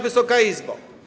Wysoka Izbo!